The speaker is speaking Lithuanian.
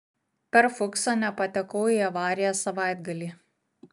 per fuksą nepatekau į avariją savaitgalį